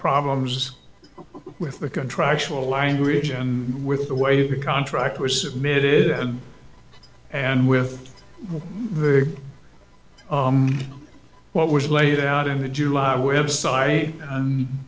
problems with the contractual language and with the way the contract was submitted and and with what was laid out in the july website